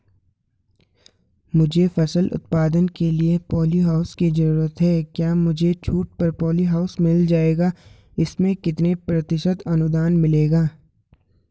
मुझे फसल उत्पादन के लिए प ॉलीहाउस की जरूरत है क्या मुझे छूट पर पॉलीहाउस मिल जाएगा इसमें कितने प्रतिशत अनुदान मिलेगा?